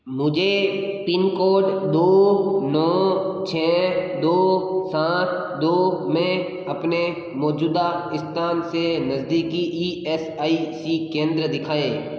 मुझे पिनकोड दो नौ छः दो सात दो में अपने मौजूदा स्थान से नज़दीकी ई एस आई सी केंद्र दिखाएँ